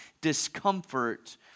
discomfort